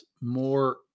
more